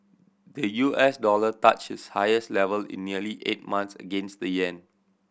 the U S dollar touched its highest level in nearly eight month against the yen